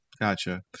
Gotcha